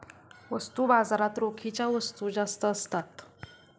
वस्तू बाजारात रोखीच्या वस्तू जास्त असतात